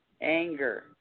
anger